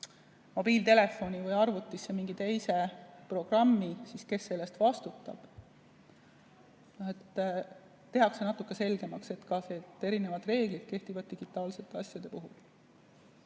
mobiiltelefoni või arvutisse mingi teise programmi, siis kes selle eest vastutab? Tehakse natukene selgemaks see, et erinevad reeglid kehtivad digitaalsete asjade puhul.